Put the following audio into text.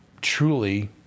truly